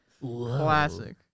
classic